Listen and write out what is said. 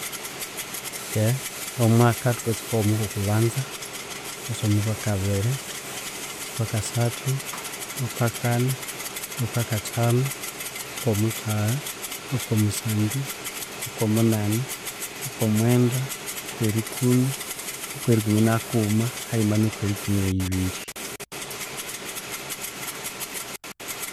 Keghe omwaka thukastukawo omwa kokubanza, ethwasa omo kwakabiri, okwa kasathu, okwa kani, okwa kathanu, okwa omukagha, okwa omusangyu, okwa omuanani, okwa omwnda, okwa erikumi, okwa erikumi na kughuma, okwa erikumi ne yibiri.